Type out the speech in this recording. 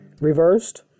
Reversed